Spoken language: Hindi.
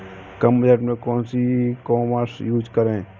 कम बजट में कौन सी ई कॉमर्स यूज़ करें?